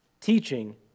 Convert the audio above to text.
teaching